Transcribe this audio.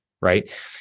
right